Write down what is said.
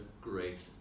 great